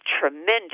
tremendous